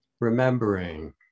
remembering